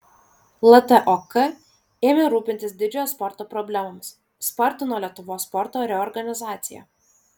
ltok ėmė rūpintis didžiojo sporto problemomis spartino lietuvos sporto reorganizaciją